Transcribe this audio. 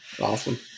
Awesome